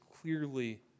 clearly